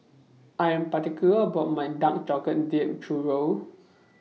I Am particular about My Dark Chocolate Dipped Churro